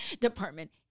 department